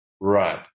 Right